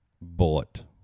bullet